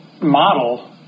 model